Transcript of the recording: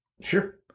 Sure